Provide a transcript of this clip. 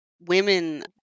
Women